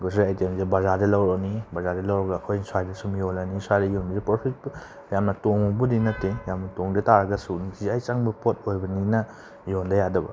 grocery ꯑꯥꯏꯇꯦꯝꯁꯦ ꯕꯖꯥꯔꯗꯒꯤ ꯂꯧꯔꯨꯔꯅꯤ ꯕꯖꯥꯔꯗꯒꯤ ꯂꯧꯔꯒ ꯑꯩꯈꯣꯏꯅ ꯁꯥꯏꯗ ꯁꯨꯝ ꯌꯣꯜꯂꯅꯤ ꯁꯥꯏꯗ ꯌꯣꯟꯕꯁꯦ ꯄ꯭ꯔꯣꯐꯤꯠ ꯌꯥꯝꯅ ꯇꯣꯡꯕꯕꯨꯗꯤ ꯅꯠꯇꯦ ꯌꯥꯝꯅ ꯇꯣꯡꯗꯇꯥꯔꯒꯁꯨ ꯅꯨꯡꯇꯤꯖꯥꯒꯨꯤ ꯆꯪꯕ ꯄꯣꯠ ꯑꯩꯏꯕꯅꯤꯅ ꯌꯣꯟꯗ ꯌꯥꯗꯕ